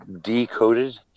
decoded